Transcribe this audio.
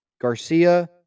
Garcia